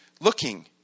looking